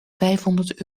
vijfhonderd